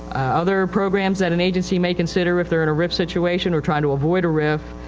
other programs that an agency may consider if theyire in a rif situation or trying to avoid a rif,